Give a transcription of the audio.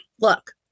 look